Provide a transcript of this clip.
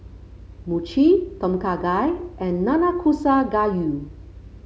Mochi Tom Kha Gai and Nanakusa Gayu